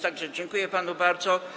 Tak że dziękuję panu bardzo.